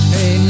Hey